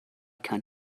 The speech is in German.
kein